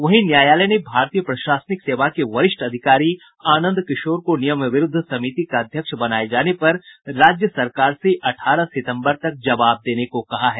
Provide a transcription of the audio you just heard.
वहीं न्यायालय ने भारतीय प्रशासनिक सेवा के वरिष्ठ अधिकारी आनंद किशोर को नियम विरूद्ध समिति का अध्यक्ष बनाये जाने पर राज्य सरकार से अठारह सितम्बर तक जवाब देने को कहा है